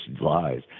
lies